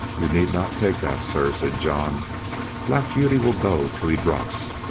you need not take that, sir, said john black beauty will go till he drops.